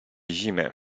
zimy